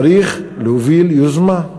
צריך להוביל יוזמה.